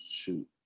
Shoot